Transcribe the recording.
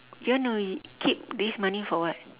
do you wanna keep this money for what